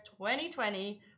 2020